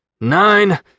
nine